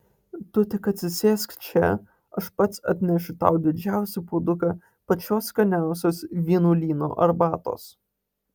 tu tik atsisėsk čia aš pats atnešiu tau didžiausią puoduką pačios skaniausios vienuolyno arbatos